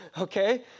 okay